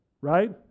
right